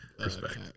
Respect